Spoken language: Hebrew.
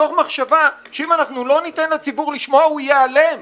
מתוך מחשבה שאם אנחנו לא ניתן לציבור להשמיע הוא ייעלם,